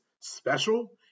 special